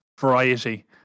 variety